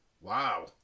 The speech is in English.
Wow